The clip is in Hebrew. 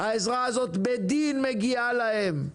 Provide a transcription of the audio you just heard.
העזרה הזאת בדין מגיעה להם,